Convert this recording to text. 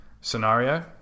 scenario